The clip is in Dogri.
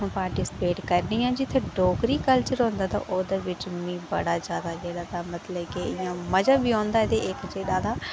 पार्टिस्पेट करनी आं ते जित्थै डोगरी कल्चर होंदा ऐ ते ओह्दे बिच मिगी बड़ा जादा मतलब कि इंया मज़ा बी औंदा ते इक्क जेह्ड़ा इं'या